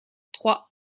trois